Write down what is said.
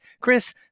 Chris